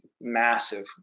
massive